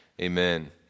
Amen